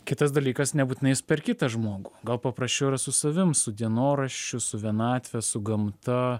kitas dalykas nebūtinai eis per kitą žmogų gal paprasčiau yra su savim su dienoraščiu su vienatve su gamta